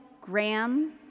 Graham